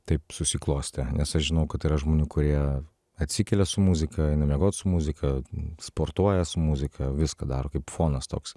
taip susiklostė nes aš žinau kad yra žmonių kurie atsikelia su muzika eina miegot su muzika sportuoja su muzika viską daro kaip fonas toks